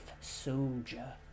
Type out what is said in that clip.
soldier